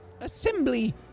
assembly